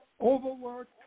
overwork